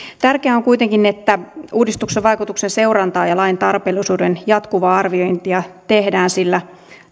tärkeää on kuitenkin että uudistuksen vaikutusten seurantaa ja lain tarpeellisuuden jatkuvaa arviointia tehdään sillä